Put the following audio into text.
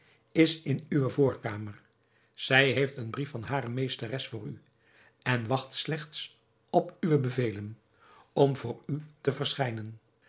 is in uwe voorkamer zij heeft een brief van hare meesteres voor u en wacht slechts op uwe bevelen om voor u te verschijnen